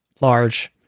large